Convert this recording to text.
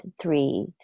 three